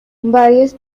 varios